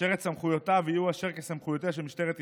אשר סמכויותיו יהיו כסמכויותיה של משטרת ישראל.